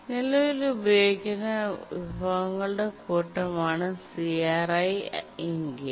നിലവിൽ ഉപയോഗിക്കുന്ന വിഭവങ്ങളുടെ കൂട്ടമാണ് CRi എങ്കിൽ